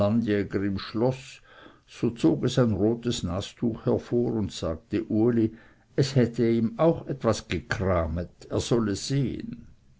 es ein rotes nastuch hervor und sagte uli es hätte ihm auch etwas gekramet er solle sehen